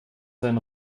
sein